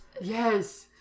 Yes